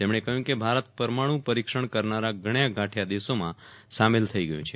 તેમણે કહ્યું કે ભારત પરમાણુ પરિક્ષણ કરનારા ગણ્યાગાંઠ્યા દેશોમાં સામેલ થઇ ગયું છે